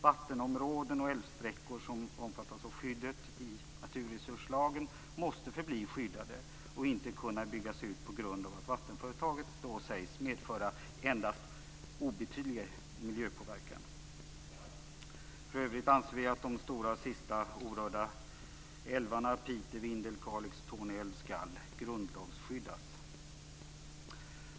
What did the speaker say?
Vattenområden och älvsträckor som omfattas av skyddet i naturresurslagen måste förbli skyddade och inte kunna byggas ut på grund av att vattenföretaget då sägs medföra endast obetydlig miljöpåverkan. För övrigt anser vi att de sista stora orörda älvarna, Piteälven, Vindelälven, Kalixälven och Torneälven skall grundlagsskyddas.